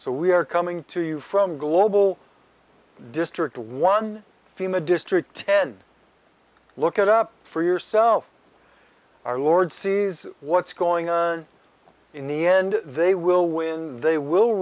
so we are coming to you from global district one fema district ten look at up for yourself our lord sees what's going on in the end they will win they will